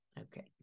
Okay